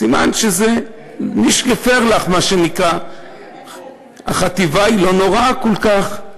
סימן שזה לא נורא, החטיבה לא נוראה כל כך.